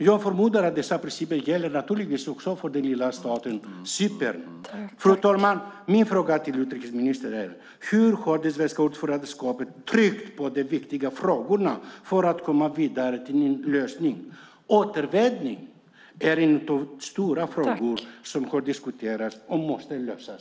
Jag förmodar att dessa principer naturligtvis också gäller för den lilla staten Cypern. Fru talman! Min fråga till utrikesministern är: Hur har det svenska ordförandeskapet tryckt på de viktiga frågorna för att komma vidare till en lösning? Återvändande är en av de stora frågor som har diskuterats och måste lösas.